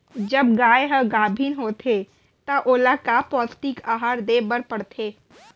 जब गाय ह गाभिन होथे त ओला का पौष्टिक आहार दे बर पढ़थे?